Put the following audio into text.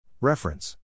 Reference